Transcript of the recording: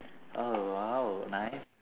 oh !wow! nice